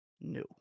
No